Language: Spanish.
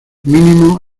mínimo